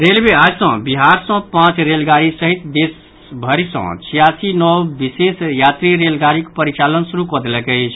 railway आइ सँ बिहार सँ पांच रेलगाड़ी सहित देशभरि सँ छियासी नव विशेष यात्री रेलगाड़ीक परिचालन शुरू कऽ देलक अछि